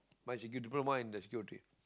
my securi~ Diploma in the Security